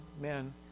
men